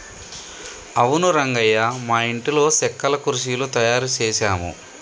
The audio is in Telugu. అవును రంగయ్య మా ఇంటిలో సెక్కల కుర్చీలు తయారు చేసాము